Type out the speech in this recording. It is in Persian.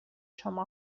شما